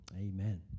amen